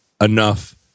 enough